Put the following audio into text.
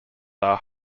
are